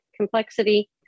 complexity